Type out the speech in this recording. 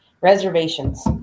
reservations